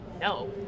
No